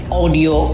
audio